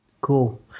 Cool